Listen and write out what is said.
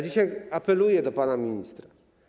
Dzisiaj apeluję do pana ministra.